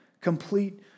complete